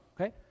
Okay